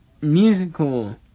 musical